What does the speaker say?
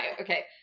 okay